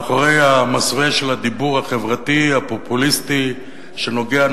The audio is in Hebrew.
מאחורי המסווה של הדיבור החברתי הפופוליסטי שנוגע,